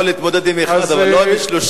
אני יכול להתמודד עם אחד אבל לא עם שלושה,